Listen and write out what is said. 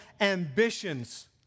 ambitions